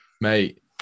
mate